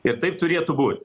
ir taip turėtų būt